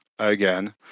Again